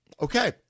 Okay